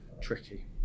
tricky